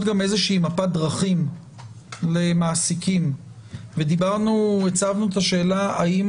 גם איזושהי מפת דרכים למעסיקים והצגנו את השאלה האם